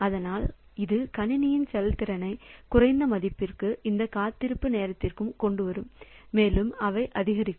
அதனால் இது கணினி செயல்திறனை குறைந்த மதிப்புக்கும் இந்த காத்திருப்பு நேரத்திற்கும் கொண்டு வரும் மேலும் அவை அதிகரிக்கும்